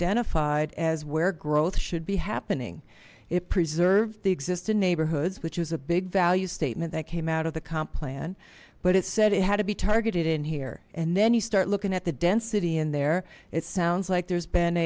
identified as where growth should be happening it preserved the existent neighborhoods which was a big value statement that came out of the comp plan but it said it had to be targeted in here and then you start looking at the density in there it sounds like there's been